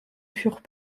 furent